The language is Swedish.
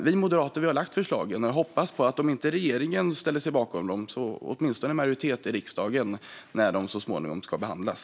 Vi moderater har lagt fram förslag i frågan, och vi hoppas att om inte regeringen ställer sig bakom dem så åtminstone en majoritet i riksdagen när de småningom ska behandlas.